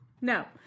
No